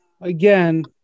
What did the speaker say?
again